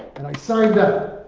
and i signed up.